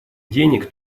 денег